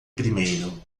primeiro